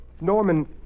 Norman